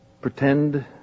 Pretend